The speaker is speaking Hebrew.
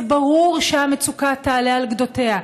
זה ברור שהמצוקה תעלה על גדותיה,